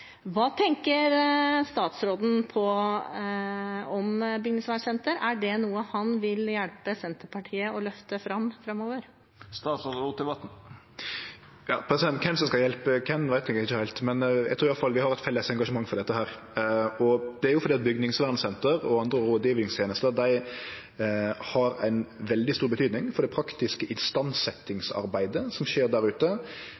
tenker statsråden om bygningsvernsentre? Er det noe han vil hjelpe Senterpartiet med å løfte fram framover? Kven som skal hjelpe kven, veit eg ikkje heilt, men eg trur i alle fall vi har eit felles engasjement for dette, og både bygningsvernsentre og andre rådgjevingstenester har veldig stor betydning for det praktiske istandsetjingsarbeidet som skjer der ute,